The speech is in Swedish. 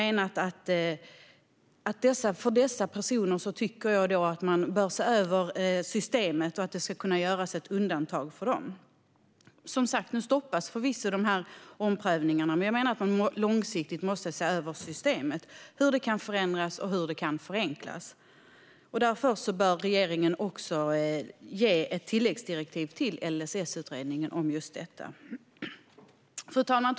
För dessa personer bör man se över systemet, och det ska kunna göras ett undantag för dem. Som sagt: Nu stoppas förvisso dessa omprövningar, men jag menar att man långsiktigt måste se över systemet, hur det kan förändras och hur det kan förenklas. Därför bör regeringen ge ett tilläggsdirektiv till LSS-utredningen om just detta. Fru talman!